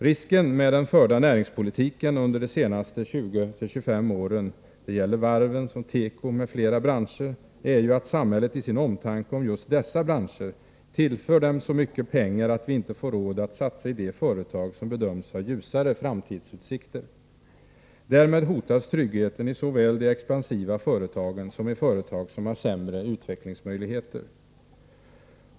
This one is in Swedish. Risken med den under de senaste 20-25 åren förda näringspolitiken — det gäller varven, teko m.fl. branscher, är ju att ”samhället” i sin omtanke om just dessa branscher tillför dessa så mycket pengar att vi inte får råd att satsa i de företag som bedöms ha ljusare framtidsutsikter. Därmed hotas tryggheten såväl i de expansiva företagen som i företag som har sämre utvecklingsmöjligheter.